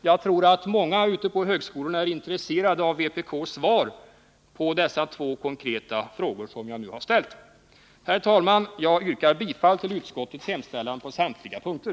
Jag tror att många ute på högskolorna är intresserade av vpk:s svar på de två konkreta frågor som jag här har ställt. Herr talman! Jag yrkar bifall till utskottets hemställan på samtliga punkter.